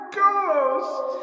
ghost